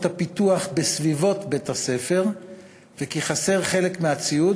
הפיתוח בסביבות בית-הספר וכי חסר חלק מהציוד,